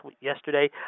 yesterday